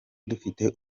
dufite